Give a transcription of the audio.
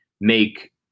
make